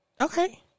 Okay